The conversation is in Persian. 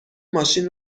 ماشین